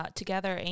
together